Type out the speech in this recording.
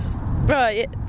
Right